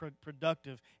productive